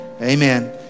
Amen